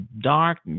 dark